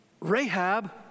Rahab